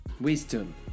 wisdom